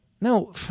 No